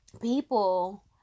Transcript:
people